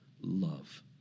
love